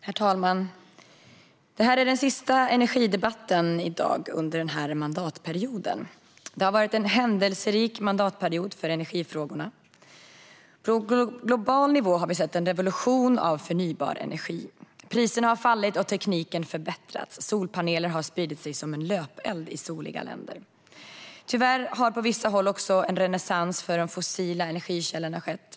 Herr talman! Dagens energidebatt är den sista under den här mandatperioden. Det har varit en händelserik mandatperiod för energifrågorna. På global nivå har vi sett en revolution för förnybar energi. Priserna har fallit och tekniken förbättrats. Solpaneler har spridit sig som en löpeld i soliga länder. Tyvärr har på vissa håll också en renässans för de fossila energikällorna skett.